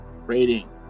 rating